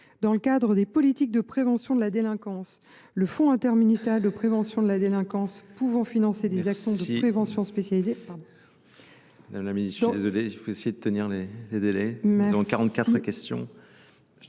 Dans le cadre des politiques de prévention de la délinquance, le fonds interministériel de prévention de la délinquance finance des actions de prévention spécialisée…